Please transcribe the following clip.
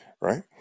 right